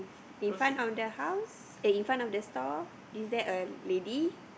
in front of the house eh in front of the stall is there a lady